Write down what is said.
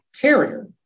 carrier